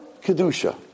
Kedusha